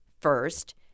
First